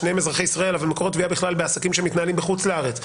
שניהם אזרחי ישראל אבל מקור התביעה בכלל בעסקים שמתנהלים בחוץ לארץ,